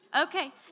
Okay